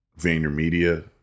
VaynerMedia